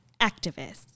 activists